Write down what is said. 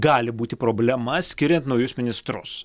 gali būti problema skiriant naujus ministrus